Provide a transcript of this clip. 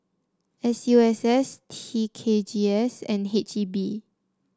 S U S S T K G S and H E B